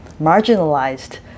marginalized